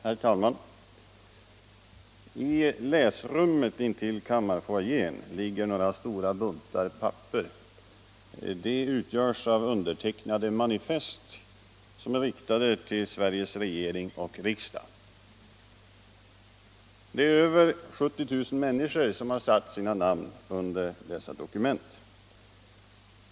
Herr talman! I läsrummet intill kammarfoajén ligger några stora buntar papper. De utgörs av undertecknade manifest, riktade till Sveriges regering och riksdag. Mer än 70 000 människor har satt sina namn under dessa dokument.